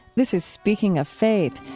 this is speaking of faith.